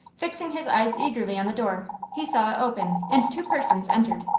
fixing his eyes eagerly on the door he saw it open, and two persons entered.